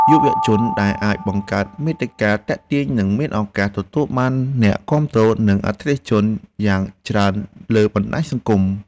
យុវជនដែលអាចបង្កើតមាតិកាទាក់ទាញនឹងមានឱកាសទទួលបានអ្នកគាំទ្រ និងអតិថិជនយ៉ាងច្រើនលើបណ្តាញសង្គម។